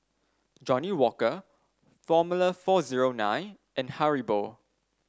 Johnnie Walker Formula four zero nine and Haribo